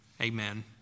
amen